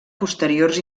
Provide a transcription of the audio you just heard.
posteriors